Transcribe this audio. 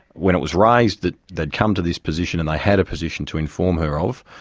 when it was raised that they had come to this position and they had a position to inform her of,